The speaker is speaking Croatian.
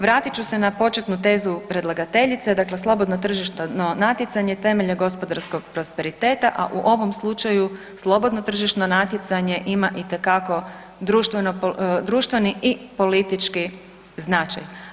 Vratit ću se na početnu tezu predlagateljice, dakle slobodno tržišno natjecanje temelj je gospodarskog prosperiteta, a u ovom slučaju slobodno tržišno natjecanje ima itekako društveni i politički značaj.